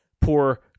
Poor